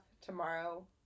tomorrow